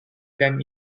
than